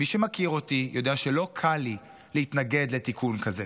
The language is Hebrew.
מי שמכיר אותי יודע שלא קל לי להתנגד לתיקון כזה,